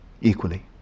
equally